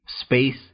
Space